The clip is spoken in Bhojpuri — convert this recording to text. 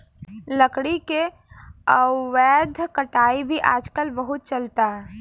लकड़ी के अवैध कटाई भी आजकल बहुत चलता